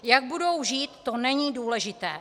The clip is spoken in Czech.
Jak budou žít, to není důležité.